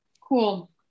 Cool